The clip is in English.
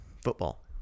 Football